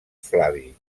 flavi